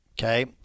Okay